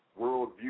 worldview